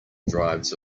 drives